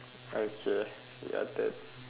okay your turn